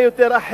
הרבה יותר.